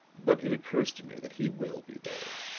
but it occurs to me that he will be there.